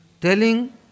Telling